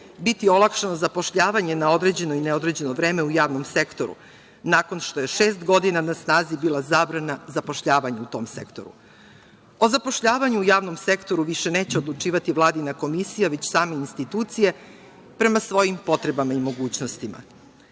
biti olakšano zapošljavanje na određeno i neodređeno vreme u javnom sektoru, nakon što je šest godina na snazi bila zabrana zapošljavanja u tom sektoru. O zapošljavanju u javnom sektoru više neće odlučivati vladina komisija, već same institucije prema svojim potrebama i mogućnostima.